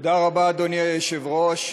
תודה רבה, אדוני היושב-ראש.